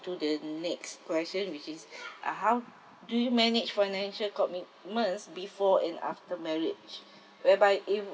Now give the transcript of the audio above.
to the next question which is uh how do you manage financial commitments before and after marriage whereby if